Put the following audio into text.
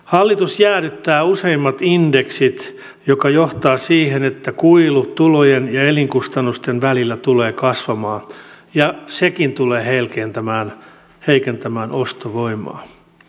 hallitus jäädyttää useimmat indeksit mikä johtaa siihen että kuilu tulojen ja elinkustannusten välillä tulee kasvamaan ja sekin tulee heikentämään ostovoimaa